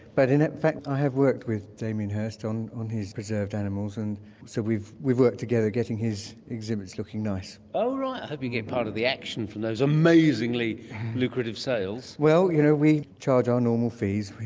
but in fact i have worked with damien hirst on on his preserved animals and so we've we've worked together getting his exhibits looking nice. oh right, i hope you get part of the action from those amazingly lucrative sales. well, you know we charge our normal fees.